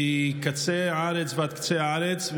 מקצה הארץ ועד קצה הארץ,